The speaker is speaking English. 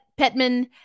Petman